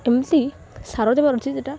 ଏମିତି ସାର ଦେବାର ଅଛି ସେଇଟା